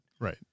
Right